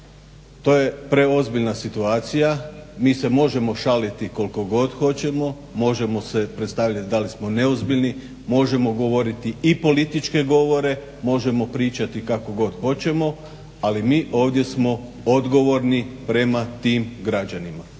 To je preozbiljna situacija, mi se možemo šaliti koliko god hoćemo, možemo se predstavljati da li smo neozbiljni, možemo govoriti i političke govore, možemo pričati kako god hoćemo ali mi ovdje smo odgovorni prema tim građanima.